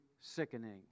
sickening